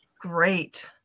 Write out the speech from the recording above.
Great